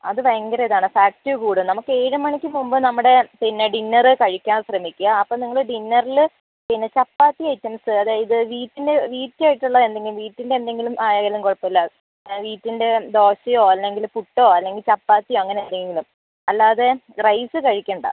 അത് ഭയങ്കര ഇത് ആണ് ഫാറ്റ് കൂടുതലാ നമ്മക്ക് ഏഴ് മണിക്ക് മുൻപ് നമ്മുടെ പിന്ന ഡിന്നറ് കഴിക്കാൻ ശ്രമിക്ക അപ്പം നിങ്ങള് ഡിന്നറില് പിന്ന ചപ്പാത്തി ഐറ്റംസ് അതായത് വീറ്റിൻ്റ വീറ്റ് ആയിട്ട് ഇള്ളത് എന്തെങ്കിലും വീറ്റിൻ്റ എന്തെങ്കിലും ആയാലും കുഴപ്പം ഇല്ല വീറ്റിൻ്റ ദോശയോ അല്ലെങ്കില് പുട്ടോ അല്ലെങ്കിൽ ചപ്പാത്തിയോ അങ്ങനെ ഏതെങ്കിലും അല്ലാതെ റൈസ് കഴിക്കണ്ട